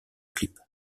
clip